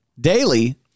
Daily